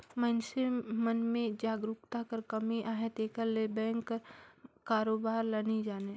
मइनसे मन में जागरूकता कर कमी अहे तेकर ले बेंक कर कारोबार ल नी जानें